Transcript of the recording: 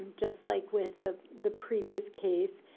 just like with the the previous case,